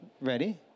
ready